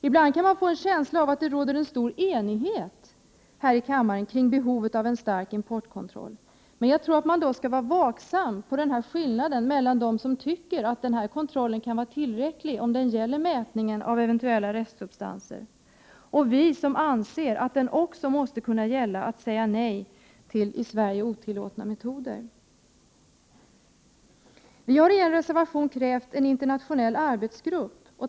Ibland kan man få en känsla av att det råder en stor enighet här i kammaren om behovet av en stark importkontroll, men jag tror att man skall vara vaksam när det gäller skillnaden mellan dem som tycker att kontrollen kan vara tillräcklig om den gäller mätningen av eventuella restsubstanser och oss som anser att den också måste kunna leda till att man säger nej till i Sverige otillåtna metoder. Vi har i en reservation krävt en internationell arbetsgrupp.